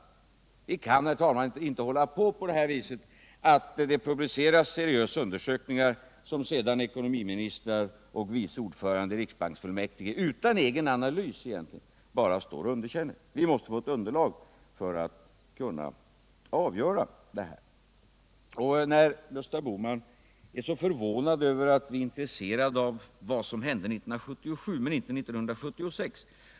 Vi kan, herr talman, inte hålla på på det här viset: det publiceras seriösa undersökningar som sedan ekonomiministern och vice ordföranden i riksbanksfullmäktige utan egen analys bara står och underkänner. Vi måste få ett underlag för att kunna avgöra hur det verkligen förhåller sig. | Gösta Bohman är förvånad över att vi är intresserade av vad som hände 1977 men inte 1976.